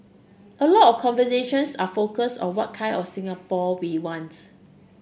a lot of conversations are focused on what kind of Singapore we wants